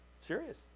Serious